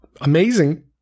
amazing